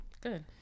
Good